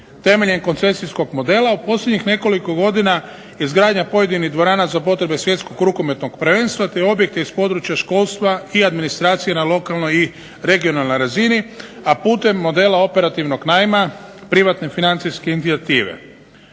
temeljem koncesijskog modela u posljednjih nekoliko godina izgradnja pojedinih dvorana za potrebe Svjetskog rukometnog prvenstva te objekti iz područja školstva i administracije na lokalnoj i regionalnoj razini, a putem modela operativnog najma privatne financijske inicijative.